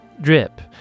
Drip